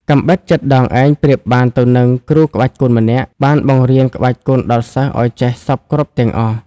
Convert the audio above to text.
កាំបិតចិតដងឯងប្រៀបបានទៅនឹង គ្រូក្បាច់គុនម្នាក់ បានបង្រៀនក្បាច់គុនដល់សិស្សឲ្យចេះសព្វគ្រប់ទាំងអស់ ។